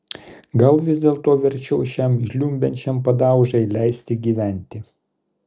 gal vis dėlto verčiau šiam žliumbiančiam padaužai leisti gyventi